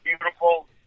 beautiful